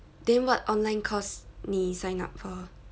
then what online course 你 sign up for